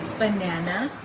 banana.